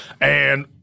and-